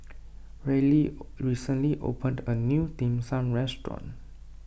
Ryley recently opened a new Dim Sum restaurant